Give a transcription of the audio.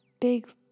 Big